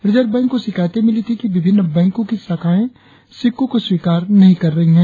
reserve bank को शिकायतें मिली थी कि विभिन्न बैंको की शाखाए सिक्कों को स्वीकार नही कर रही है